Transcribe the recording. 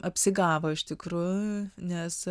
apsigavo iš tikrųjų nes